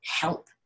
help